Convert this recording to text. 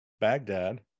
Baghdad